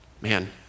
man